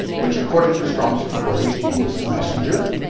which according to strong's concordance means a messenger,